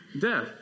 death